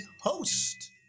host